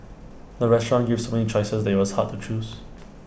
the restaurant gave so many choices that IT was hard to choose